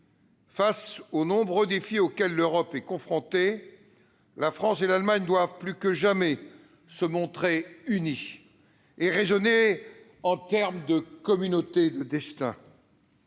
face aux nombreux défis auxquels l'Europe est confrontée, la France et l'Allemagne doivent, plus que jamais, se montrer unies et raisonner en termes de communautés de destin.